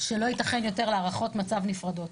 שלא יתכן יותר הערכות מצב נפרדות.